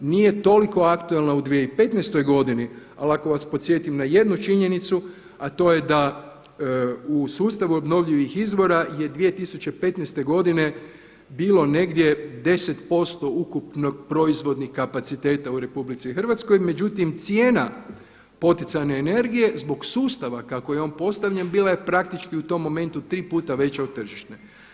Nije toliko aktualna u 2015. godini, ali ako vas podsjetim na jednu činjenicu, a to je da u sustavu obnovljivih izvora je 2015. godine bilo negdje 10% ukupno proizvodnih kapaciteta u RH, međutim cijena poticajne energije zbog sustava kako je on postavljen bila je praktički u tom momentu tri puta veća od tržišne.